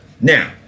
Now